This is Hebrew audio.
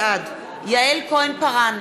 בעד יעל כהן-פארן,